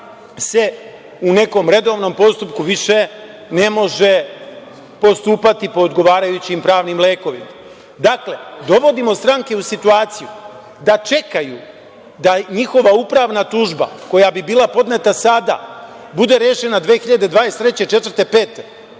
se u nekom redovnom postupku više ne može postupati po odgovarajućim pravnim lekovima. Dakle, dovodimo stranke u situaciju da čekaju da njihova upravna tužba koja bi bila podneta sada, bude rešena 2023, 2024,